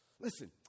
Listen